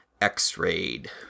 x-rayed